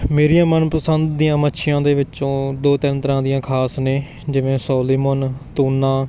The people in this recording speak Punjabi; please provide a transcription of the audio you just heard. ਮੇਰੀਆਂ ਮਨਪਸੰਦ ਦੀਆਂ ਮੱਛੀਆਂ ਦੇ ਵਿੱਚੋਂ ਦੋ ਤਿੰਨ ਤਰ੍ਹਾਂ ਦੀਆਂ ਖਾਸ ਨੇ ਜਿਵੇਂ ਸੋਲੀਮਨ ਤੁੰਨਾ